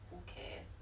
who cares